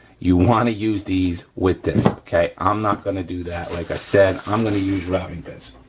you wanna use these with this, okay? i'm not gonna do that, like i said, i'm gonna use routing bits,